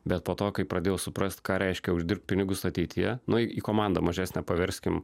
bet po to kai pradėjau suprasti ką reiškia uždirbt pinigus ateityje nu į komandą mažesnę paverskim